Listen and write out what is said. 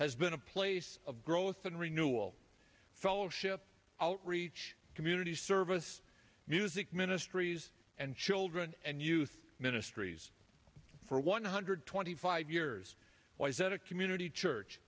has been a place of growth and renewal fellowship outreach community service music ministries and children and youth ministries for one hundred twenty five years why is that a community church